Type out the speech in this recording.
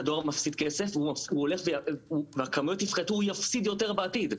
הדואר מפסיד כסף וכאשר הכמויות יפחתו הוא יפסיד יותר בעתיד.